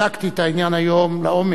בדקתי את העניין היום לעומק.